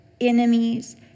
enemies